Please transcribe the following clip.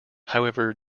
however